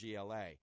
GLA